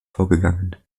vorgegangen